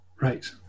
Right